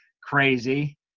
crazy